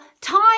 time